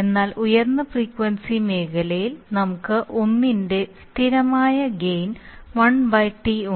എന്നാൽ ഉയർന്ന ഫ്രീക്വൻസി മേഖലയിൽ നമുക്ക് 1 ന്റെ സ്ഥിരമായ ഗെയിൻ 1 T ഉണ്ട്